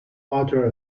utter